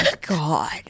God